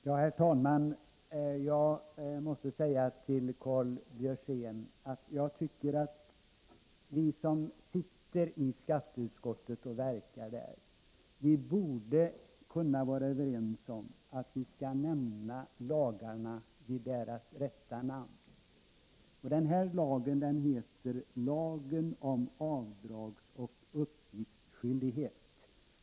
Herr talman! Jag måste säga till Karl Björzén att jag tycker att vi som är ledamöter i skatteutskottet och verkar där borde kunna vara överens om att nämna lagarna vid deras riktiga namn. Den här lagen heter lagen om avdragsoch uppgiftsskyldighet.